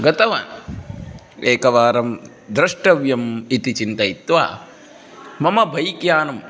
गतवान् एकवारं द्रष्टव्यम् इति चिन्तयित्वा मम बैक्यानम्